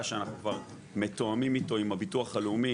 שאנחנו כבר מתואמים עם הביטוח הלאומי,